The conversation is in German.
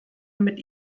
mit